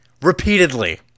Repeatedly